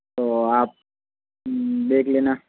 तो आप देख लेना